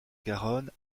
garonne